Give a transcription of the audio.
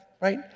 right